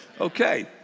Okay